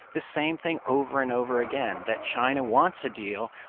the same thing over and over again that china wants a deal.